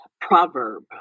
proverb